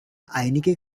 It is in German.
einige